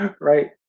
Right